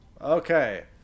Okay